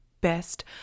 best